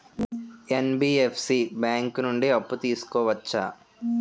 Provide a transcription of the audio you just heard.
NBFC bank నుండి అప్పు తీసుకోవచ్చా?